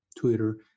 Twitter